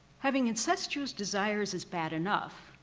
having incestuous desires is bad enough.